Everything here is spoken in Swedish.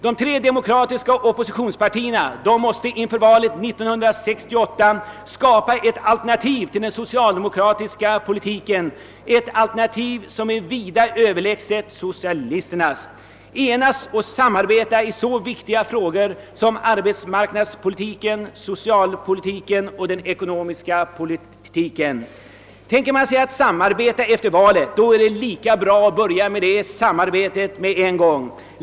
De tre demokratiska oppositionspartierna måste inför valet 1968 skapa ett alternativ till den socialdemokratiska politiken, ett alternativ som är vida överlägset socialisternas. De tre oppositionspartierna måste enas och samarbeta i så viktiga frågor som arbetsmarknadspolitiken, socialpolitiken och den ekonomiska politiken. Har man tankar på att samarbeta efter valet, är det lika bra att börja med det samarbetet på en gång.